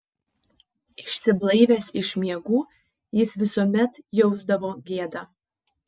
išsiblaivęs iš miegų jis visuomet jausdavo gėdą